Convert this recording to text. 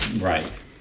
Right